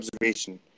observation